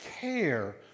care